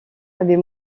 avait